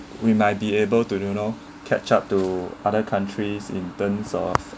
we might be able to you know catch up to other countries in terms of